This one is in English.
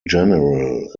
general